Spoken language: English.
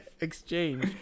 exchange